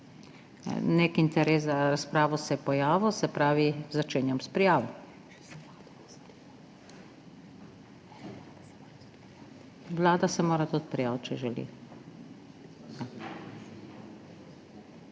Nek interes za razpravo se je pojavil, se pravi, da začenjam s prijavo. Vlada se mora tudi prijaviti, če želi.